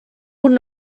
would